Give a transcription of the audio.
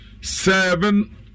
seven